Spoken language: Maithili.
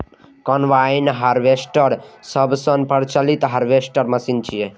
कंबाइन हार्वेस्टर सबसं प्रचलित हार्वेस्टर मशीन छियै